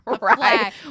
Right